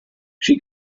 she